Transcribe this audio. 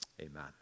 Amen